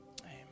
Amen